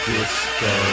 Disco